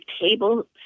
table